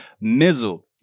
mizzle